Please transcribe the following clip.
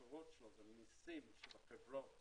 המקורות שלה זה ממסים של החברות